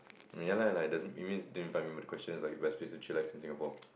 ya lah like doesn't it means the question is like best place to chillax in Singapore